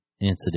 incident